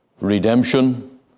redemption